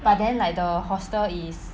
but then like the hostel is